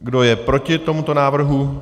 Kdo je proti tomuto návrhu?